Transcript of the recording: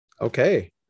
Okay